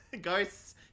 ghosts